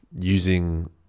using